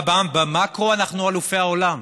במקרו אנחנו אלופי העולם.